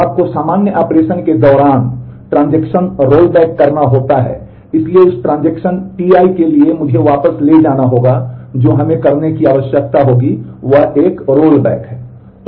जब आपको सामान्य ऑपरेशन के दौरान ट्रांज़ैक्शन Ti के लिए मुझे वापस ले जाना होगा जो हमें करने की आवश्यकता होगी वह एक रोलबैक है